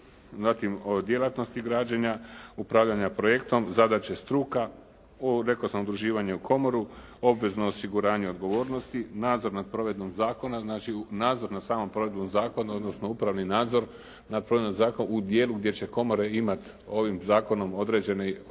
zatim o djelatnosti građenja, upravljanja projektom, zadaće struka. Rekao sam udruživanje u komoru, obvezno osiguranje i odgovornosti, nadzor nad provedbom zakona znači nadzor nad samom provedbom zakona odnosno upravni nadzor nad provedbom zakona u dijelu gdje će komore imati ovim zakonom određene javne